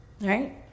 right